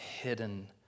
hidden